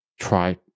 try